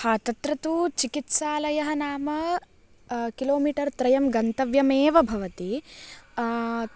हा तत्र तु चिकित्सालयः नाम किलोमीटर् त्रयं गन्तव्यमेव भवति